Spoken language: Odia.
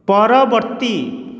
ପରବର୍ତ୍ତୀ